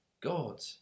God